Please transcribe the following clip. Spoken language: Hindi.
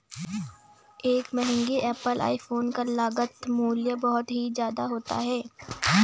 एक महंगे एप्पल आईफोन का लागत मूल्य बहुत ही ज्यादा होता है